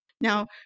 Now